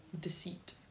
deceit